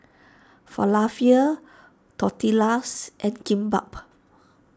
Falafel Tortillas and Kimbap